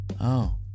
Oh